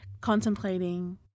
contemplating